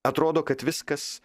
atrodo kad viskas